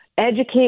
educate